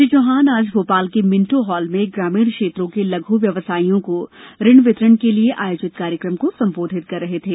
श्री चौहान आज भोपाल के Minto hall में ग्रामीण क्षेत्रों के लघू व्यावसायियों को ऋण वितरण के लिए आयोजित कार्यक्रम को संबोधित कर रहे थे